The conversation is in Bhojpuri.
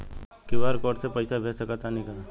क्यू.आर कोड से पईसा भेज सक तानी का?